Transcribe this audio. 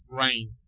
rain